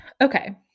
okay